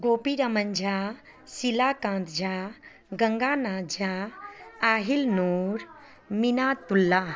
Gopi Raman Jha Sheela Kant Jha Ganga Nath Jha Aahil Noor Minatullah